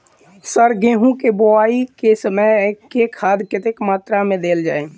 Sir गेंहूँ केँ बोवाई केँ समय केँ खाद कतेक मात्रा मे देल जाएँ?